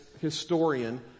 historian